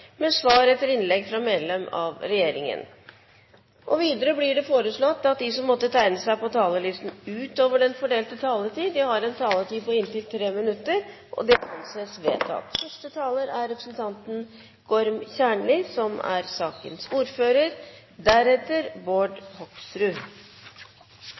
med svar etter innlegg fra medlem av regjeringen innenfor den fordelte taletid. Videre blir det foreslått at de som måtte tegne seg på talerlisten utover den fordelte taletid, får en taletid på inntil 3 minutter. – Det anses vedtatt. Dette er ei sak som